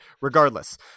regardless